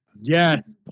yes